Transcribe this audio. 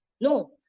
No